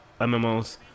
MMOs